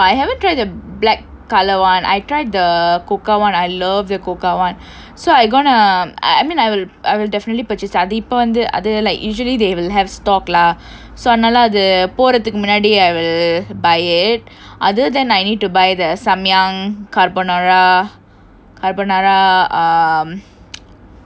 oh I haven't try the black colour [one] I tried the coca [one] I love the coca [one] so I gonna I mean I would I will definitely purchase அது இப்ப வந்து அது:athu ippa vanthu athu like usually they will have stock lah so அதனால அது போறதுக்கு முன்னாடி:athanaala athu porathukku munnadi I will buy it other than that I need to buy the samyang carbonara carbonara um what ah